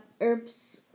herbs